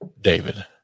David